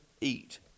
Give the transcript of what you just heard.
eat